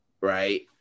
right